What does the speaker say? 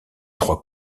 trois